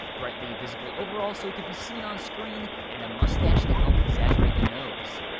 brightly visible overalls so he could be seen on-screen, and a mustache to help exaggerate the nose.